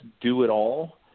do-it-all